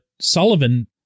Sullivan